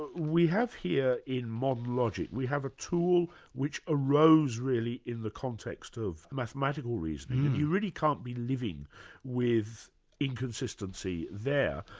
ah we have here in modern logic, we have a tool which arose really in the context of mathematic reasoning, you really can't be living with inconsistency there.